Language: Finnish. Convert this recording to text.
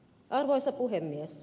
arvoisa puhemies